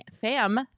fam